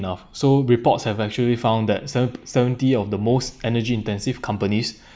enough so reports have actually found that se~ seventy of the most energy intensive companies